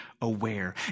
aware